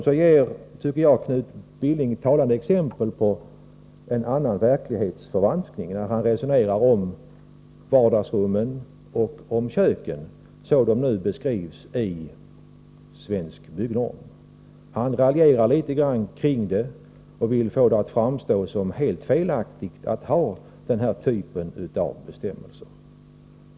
Vidare tycker jag att Knut Billings resonemang om vardagsrummen och köken sådana de i dag beskrivs i Svensk Byggnorm är ett talande exempel på en annan typ av verklighetsförvanskling. Han försöker raljera i det avseendet. Han vill få det att framstå som helt felaktigt att vi har den här typen av bestämmelser.